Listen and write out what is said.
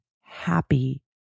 happy